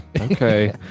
Okay